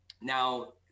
Now